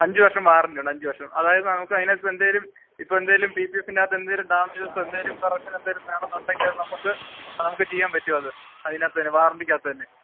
അഞ്ച് വർഷം വറണ്ടറ്റിയ ഉണ്ട് അഞ്ച് വർഷം അതായത് നമു അതിനകത്ത് എന്തേലും ഇ എന്തേലും പിിഎഫിനകത്ത് എന്തേലും ഡാമജസ് എന്തേലുംറക്ഷൻ എന്തേലുംേണംണ്ടെങ്ക നമക്ക് നമുക്ക് ചെയ്യാൻ പറ്റ അതിനകത്തന്നെ വാറണ്ടിക്കാത്തന്നെ